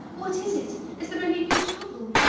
what is it? is there any new trouble?